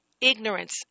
Ignorance